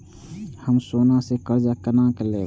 हम सोना से कर्जा केना लैब?